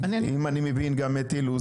אם אני מבין גם את אילוז,